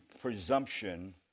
presumption